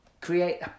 create